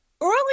early